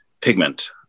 pigment